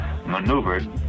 maneuvered